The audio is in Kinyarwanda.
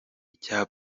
icyari